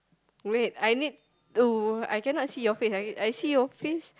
wait I need to I cannot see your face I I see your face